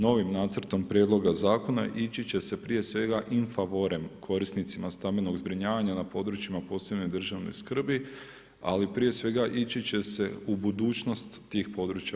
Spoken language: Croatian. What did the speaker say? Novim nacrtom prijedloga zakona ići će se prije svega in favorem korisnicima stambenog zbrinjavanja na područjima posebne državne skrbi ali prije svega ići će se u budućnost tih područja.